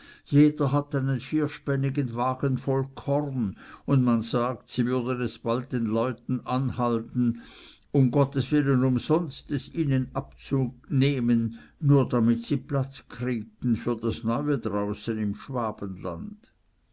jeder hat einen vierspännigen wagen voll korn und man sagt sie würden bald den leuten anhalten um gottes willen umsonst es ihnen abzunehmen nur damit sie platz kriegten für das neue draußen im schwabenland